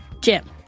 Jim